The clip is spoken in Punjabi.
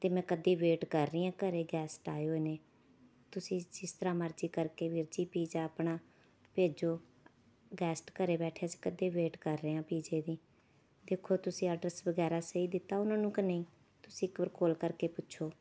ਅਤੇ ਮੈਂ ਕਦੋਂ ਦੀ ਵੇਟ ਕਰ ਰਹੀ ਹਾਂ ਘਰ ਗੈਸਟ ਆਏ ਹੋਏ ਨੇ ਤੁਸੀਂ ਜਿਸ ਤਰ੍ਹਾਂ ਮਰਜ਼ੀ ਕਰਕੇ ਵੀਰ ਜੀ ਪੀਜ਼ਾ ਆਪਣਾ ਭੇਜੋ ਗੈਸਟ ਘਰ ਬੈਠੇ ਅਸੀਂ ਕਦੋਂ ਦੇ ਵੇਟ ਕਰ ਰਹੇ ਹਾਂ ਪੀਜ਼ੇ ਦੀ ਦੇਖੋ ਤੁਸੀਂ ਐਡਰੈੱਸ ਵਗੈਰਾ ਸਹੀ ਦਿੱਤਾ ਉਹਨਾਂ ਨੂੰ ਕਿ ਨਹੀਂ ਤੁਸੀਂ ਇਕ ਵਾਰ ਕਾਲ ਕਰਕੇ ਪੁੱਛੋ